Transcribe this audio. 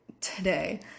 today